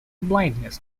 blindness